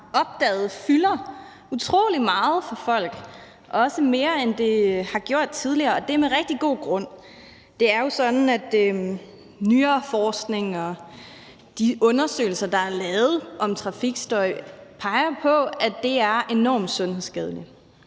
opdaget fylder utrolig meget for folk – også mere, end det har gjort tidligere, og det er med rigtig god grund. Det er jo sådan, at nyere forskning og de undersøgelser, der er lavet om trafikstøj, peger på, at det er enormt sundhedsskadeligt.